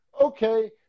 okay